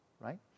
right